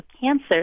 cancer